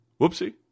whoopsie